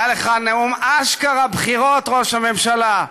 היה לך נאום אשכרה בחירות, ראש הממשלה.